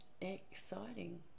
exciting